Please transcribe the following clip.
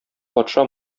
патша